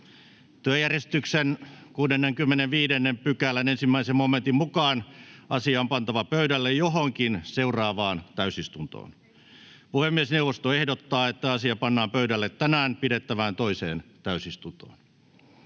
Työjärjestyksen 65 §:n 1 momentin mukaan asia on pantava pöydälle johonkin seuraavaan täysistuntoon. Puhemiesneuvosto ehdottaa, että asia pannaan pöydälle tänään pidettävään toiseen täysistuntoon.